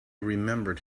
remembered